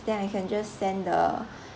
then I can just send the